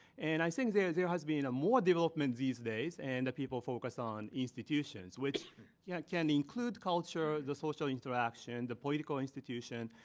and i think there there has been more development these days. and people focus on institutions, which yeah can include culture, the social interaction, the political institution,